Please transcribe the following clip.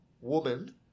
woman